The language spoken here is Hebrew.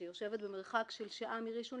אלא לאחר שמפקד משטרת המרחב (או מפקד המחוז,